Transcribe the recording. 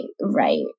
Right